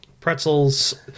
Pretzels